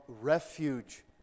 refuge